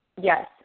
Yes